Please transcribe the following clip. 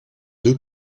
deux